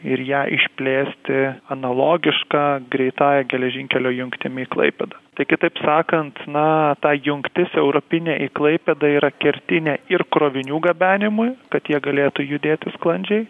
ir ją išplėsti analogišką greitąja geležinkelio jungtimi į klaipėdą tai kitaip sakant na ta jungtis europinė į klaipėdą yra kertinė ir krovinių gabenimui kad jie galėtų judėtų sklandžiai